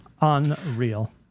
Unreal